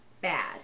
bad